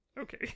Okay